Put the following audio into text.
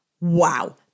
Wow